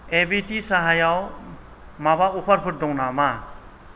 AVT साहायाव माबा अफारफोर दं नामा